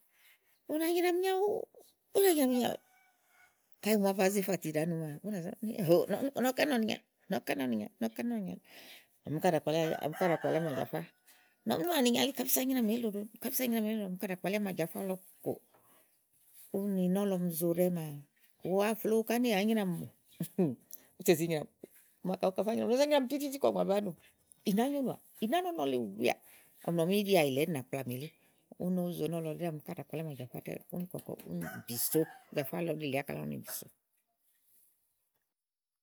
ù na nyrà mì nyàa wùù, ú na nyràmì nyàa wùù kayi ùŋle èé zèe ífati ɖàá nu maa ú nà nɔ̀ ni óhòoò, ɔwɔ ká nɔ̀ ni ìnyà, ɔwɔ ká nɔ ní ìnya ni ɔwɔ ká nɔ̀ ni ìnya, ɔmi ká ɖàa kpalí àja, ɔmi ká ɖàa kpalí ámàjafá, i ni ɔmi nɔ̀à ni ìnyalí kàá bisòo ányrà mì elí ɖòoòɖo, kàá bisòo ányràmì elí ɖòoòɖo, ɔmi ká ɖàa kpalíámàjafá lɔ kò, ùni nɔ̀lɔ ɔmi zo ɖɛ́ɛ maa ù wa flòówu ká ni éyi wàá nyrà mì mù ù tè zi nyràmìì màa kɔ zá banìi ú nà zá nyràmì tititii kɔ mò bu zá nù ì nàáá nyónùà, ì nàáá nɔ̀ ɔnɔ le wèeà, ɔmi nɔ ni íɖìàyìlɛ̀ ɛɖí nàá kplamì elí úni úni zo nɔ̀lɔ elí, ɔmi ká ɖàa kpalí ámàjafá áka úni kòkò úni bìso ámàjafá ɔmi ká ɖàa elí bìso.